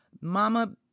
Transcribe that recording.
Mama